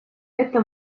это